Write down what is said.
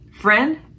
Friend